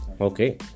Okay